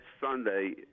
Sunday